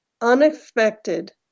unexpected